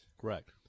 Correct